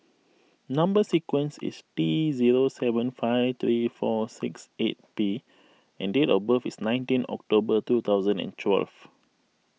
Number Sequence is T zero seven five three four six eight P and date of birth is nineteen October two thousand and twelve